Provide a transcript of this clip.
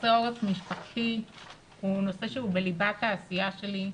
חסרי עורף משפחתי הוא נושא בליבת העשייה שלי,